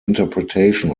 interpretation